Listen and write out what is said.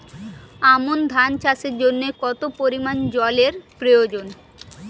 আমন ধান চাষের জন্য কত পরিমান জল এর প্রয়োজন?